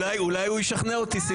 אולי שמחה ישכנע אותי.